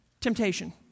temptation